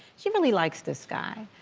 she really likes this guy.